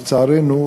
לצערנו,